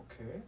okay